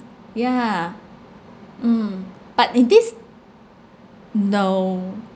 yeah mm but in this no